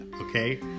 Okay